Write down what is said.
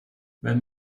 wenn